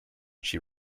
she